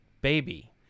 Baby